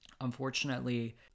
unfortunately